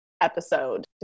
episode